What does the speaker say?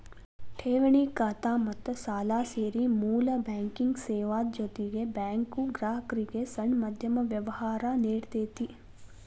ಠೆವಣಿ ಖಾತಾ ಮತ್ತ ಸಾಲಾ ಸೇರಿ ಮೂಲ ಬ್ಯಾಂಕಿಂಗ್ ಸೇವಾದ್ ಜೊತಿಗೆ ಬ್ಯಾಂಕು ಗ್ರಾಹಕ್ರಿಗೆ ಸಣ್ಣ ಮಧ್ಯಮ ವ್ಯವ್ಹಾರಾ ನೇಡ್ತತಿ